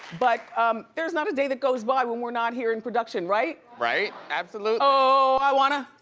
but there's not a day that goes by when we're not here in production right? right, absolutely. oh i wanna.